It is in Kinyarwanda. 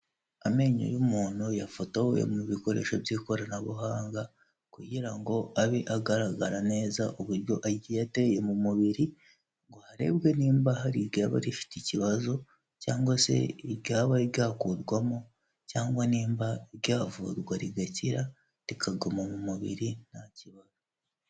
Amenyo y'umuntu yafotoweye mu bikoresho by'ikoranabuhanga, kugira ngo abe agaragara neza uburyo agiye yateye mu mubiri, harebwe nimba hari iryaba rifite ikibazo cyangwa se iryaba ryakurwamo cyangwa nimba ryavurwa rigakira, rikaguma mu mubiri nta kibazo.